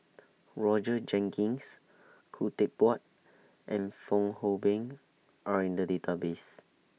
Roger Jenkins Khoo Teck Puat and Fong Hoe Beng Are in The Database